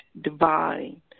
divine